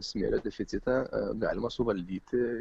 smėlio deficitą galima suvaldyti